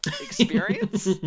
experience